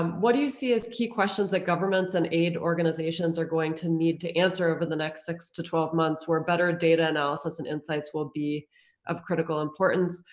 um what do you see as key questions that governments and aid organizations are going to need to answer over the next six to twelve months where better data analysis and insights will be of critical importance?